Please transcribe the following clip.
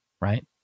Right